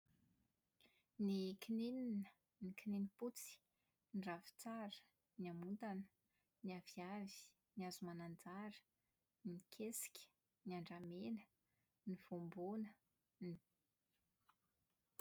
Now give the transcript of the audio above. Ny kinininina, ny kininimpotsy, ny ravintsara, ny hamontana, ny aviavy, ny hazomananjara, ny kesika, ny andramena, ny voamboana, ny-.